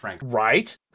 Right